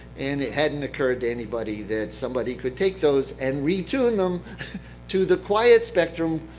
and it hadn't occurred to anybody that somebody could take those and retune them to the quiet spectrum,